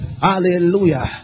Hallelujah